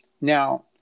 Now